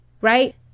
Right